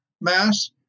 Mass